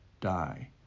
die